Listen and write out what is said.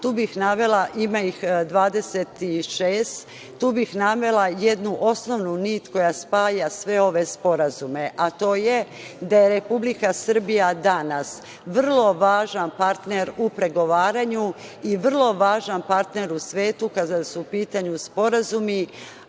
tu bih navela, ima ih 26, tu bih navela jednu osnovnu nit koja spaja sve ove sporazume, a to je, da je Republika Srbija danas vrlo važan partner u pregovaranju i vrlo važan partner u svetu kada su u pitanju sporazumi,